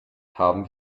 haben